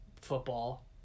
football